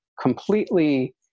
completely